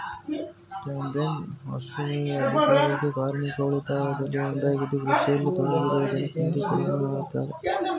combine ಹಾರ್ವೆಸ್ಟರ್ಗಳು ಆರ್ಥಿಕವಾಗಿ ಕಾರ್ಮಿಕ ಉಳಿತಾಯದಲ್ಲಿ ಒಂದಾಗಿದ್ದು ಕೃಷಿಯಲ್ಲಿ ತೊಡಗಿರುವ ಜನಸಂಖ್ಯೆ ಕಡಿಮೆ ಮಾಡ್ತದೆ